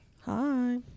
Hi